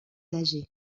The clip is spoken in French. âgé